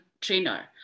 trainer